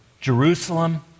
Jerusalem